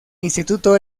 instituto